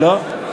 לא.